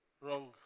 wrong